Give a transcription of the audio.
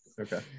Okay